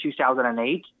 2008